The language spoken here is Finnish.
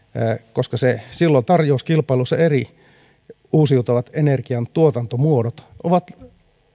silloin tarjouskilpailussa eri uusiutuvan energian tuotantomuodot ovat